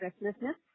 restlessness